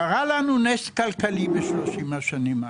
קרה לנו נס כלכלי בשלושים השנים האחרונות.